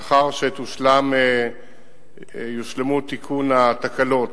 לאחר שיושלם תיקון תקלות